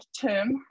term